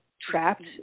trapped